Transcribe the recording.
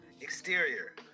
Exterior